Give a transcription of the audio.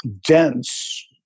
dense